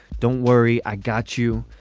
don't worry i got you.